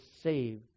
save